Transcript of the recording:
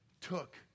took